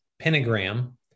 pentagram